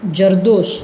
Jardosh